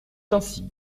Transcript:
ainsi